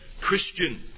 Christian